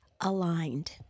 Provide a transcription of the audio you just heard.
aligned